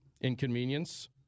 inconvenience